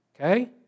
Okay